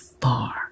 far